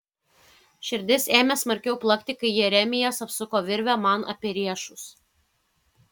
širdis ėmė smarkiau plakti kai jeremijas apsuko virvę man apie riešus